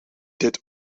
dit